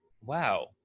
wow